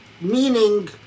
Meaning